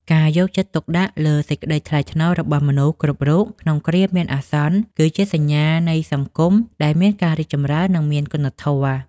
ការយកចិត្តទុកដាក់លើសេចក្តីថ្លៃថ្នូររបស់មនុស្សគ្រប់រូបក្នុងគ្រាមានអាសន្ន គឺជាសញ្ញាណនៃសង្គមដែលមានការរីកចម្រើន និងមានគុណធម៌។